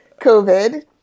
COVID